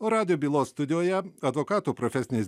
o radijo bylos studijoje advokatų profesinės